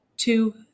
two